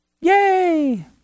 Yay